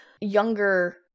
younger